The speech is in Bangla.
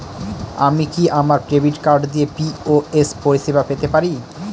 আমি কি আমার ডেবিট কার্ড দিয়ে পি.ও.এস পরিষেবা পেতে পারি?